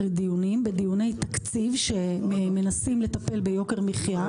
הדיונים בדיוני תקציב שמנסים לטפל ביוקר המחיה.